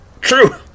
True